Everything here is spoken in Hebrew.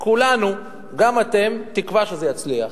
כולנו, גם אתם, בתקווה שזה יצליח.